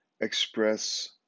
express